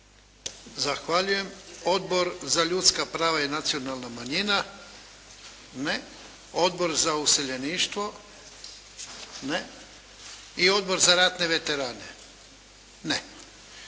Zahvaljujem. Odbor za ljudska prava i nacionalna manjina? Ne. Odbor za useljeništvo? Ne. I Odbor za ratne veterane? Ne.